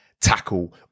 tackle